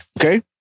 okay